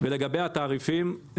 לגבי התעריפים,